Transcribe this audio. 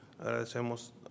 agradecemos